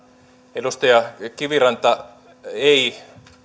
edustaja kiviranta ei